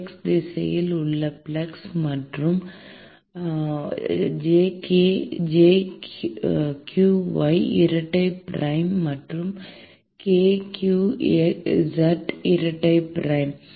x திசையில் உள்ள flux மற்றும் jqy இரட்டை பிரைம் மற்றும் kqz இரட்டை பிரைம்